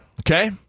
okay